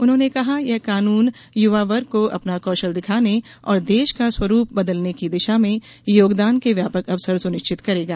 उन्होंने कहा कि यह कानून युवा वर्ग को अपना कौशल दिखाने और देश का स्वरूप बदलने की दिशा में योगदान के व्यापक अवसर सुनिश्चित करेगा